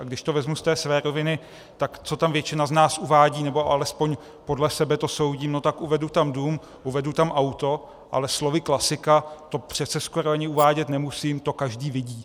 A když to vezmu z té své roviny, tak co tam většina z nás uvádí, nebo alespoň podle sebe to soudím, tak uvedu tam dům, uvedu tam auto, ale slovy klasika: to přece skoro ani uvádět nemusím, to každý vidí.